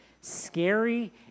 scary